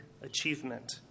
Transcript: achievement